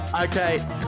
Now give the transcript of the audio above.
Okay